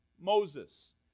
Moses